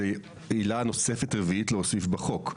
זו עילה נוספת רביעית להוסיף בחוק.